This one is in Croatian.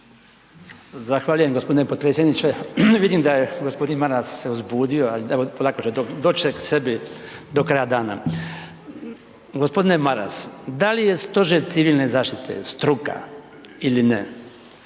Zahvaljujem g. potpredsjedniče. Vidim da je g. Maras se uzbudio, ali evo polako će to, doći će k sebi do kraja dana. G. Maras, da li je Stožer civilne zaštite struka ili ne,